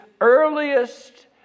earliest